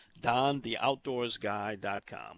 dontheoutdoorsguy.com